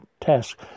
task